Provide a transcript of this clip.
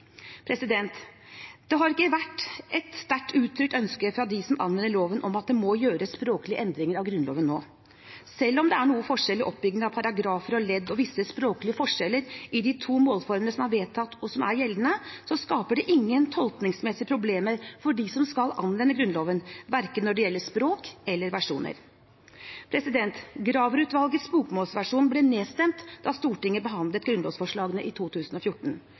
Det har ikke vært et sterkt uttrykt ønske fra dem som anvender loven, om at det må gjøres språklige endringer av Grunnloven nå. Selv om det er noe forskjell i oppbyggingen av paragrafer og ledd og visse språklige forskjeller i de to målformene som er vedtatt, og som er gjeldende, skaper det ingen tolkningsmessige problemer for dem som skal anvende Grunnloven, når det gjelder verken språk eller versjoner. Graver-utvalgets bokmålsversjon ble nedstemt da Stortinget behandlet grunnlovsforslagene i 2014.